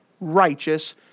righteous